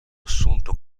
assunto